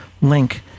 link